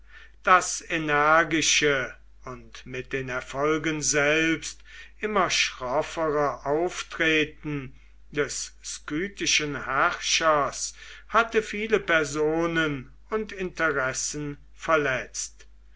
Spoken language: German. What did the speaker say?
das energische und mit den erfolgen selbst immer schroffere auftreten des skythischen herrschers hatte viele personen und interessen verletzt